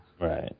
Right